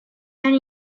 and